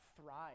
thrive